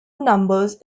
numbers